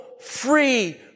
free